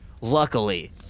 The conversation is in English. Luckily